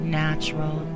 natural